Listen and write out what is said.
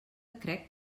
crec